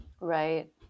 Right